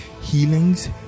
healings